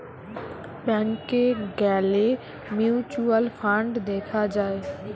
ব্যাংকে গ্যালে mutual fund দেখা যায়